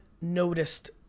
noticed